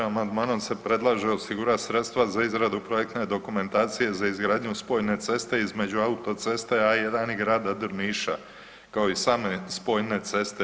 Amandmanom se predlaže osigurat sredstva za izradu projektne dokumentacije za izgradnju spojene ceste između autoceste A1 i grada Drniša, kao i same spojne ceste.